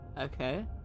Okay